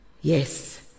Yes